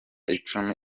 icumi